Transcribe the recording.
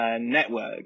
network